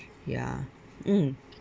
ya mm